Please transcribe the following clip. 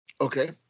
okay